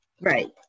Right